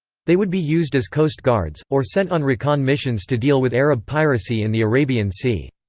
they would be used as coast guards, or sent on recon missions to deal with arab piracy in the arabian sea.